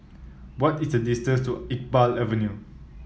what is the distance to Iqbal Avenue